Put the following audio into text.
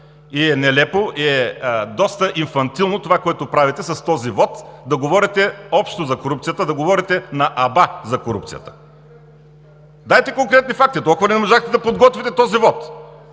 – нелепо и доста инфантилно е това, което правите с този вот: да говорите общо за корупцията, да говорите на аба за корупцията. Дайте конкретни факти, толкова не можахте да подготвите този вот!